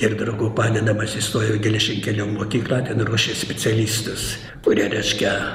ir draugo padedamas įstojau į geležinkelio mokyklą ten ruošė specialistus kurie reiškia